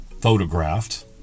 photographed